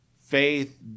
faith